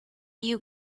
you